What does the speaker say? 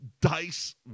dice